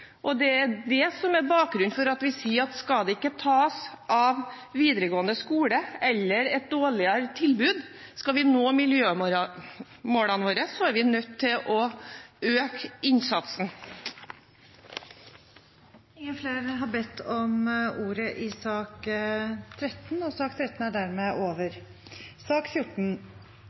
år. Det er det som er bakgrunnen for at vi sier at det ikke skal tas fra videregående skole eller bli et dårligere tilbud. Skal vi nå miljømålene våre, er vi nødt til å øke innsatsen. Flere har ikke bedt om ordet til sak nr. 13. Etter ønske fra transport- og